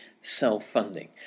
self-funding